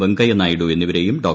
വെങ്കയ്യനായിഡു എന്നിവരെയും ഡോ